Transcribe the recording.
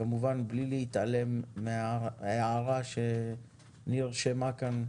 כמובן בלי להתעלם מההערה שנרשמה כאן,